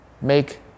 make